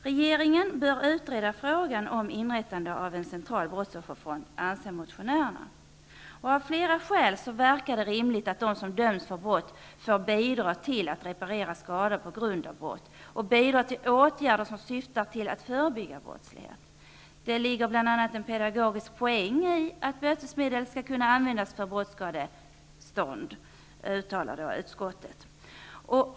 Regeringen bör utreda frågan om inrättande av en central brottsofferfond, anser motionärerna. Av flera skäl verkar det rimligt att de som döms för brott får bidra till att reparera skador på grund av brott. De bör också bidra till åtgärder som syftar till att förebygga brottslighet. Det ligger bl.a. en pedagogisk poäng i att bötesmedel skall kunna användas för brottsskadestånd, uttalade utskottet.